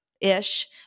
ish